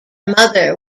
mother